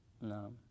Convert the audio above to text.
No